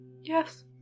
Yes